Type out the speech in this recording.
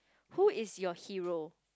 who is your hero